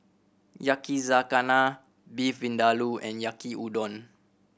Yakizakana Beef Vindaloo and Yaki Udon